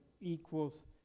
equals